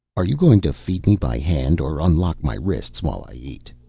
are you going to feed me by hand or unlock my wrists while i eat?